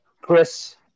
Chris